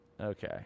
Okay